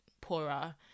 poorer